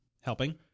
helping